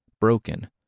Broken